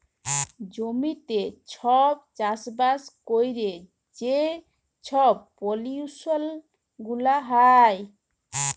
জমিতে ছব চাষবাস ক্যইরে যে ছব পলিউশল গুলা হ্যয়